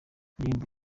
indirimbo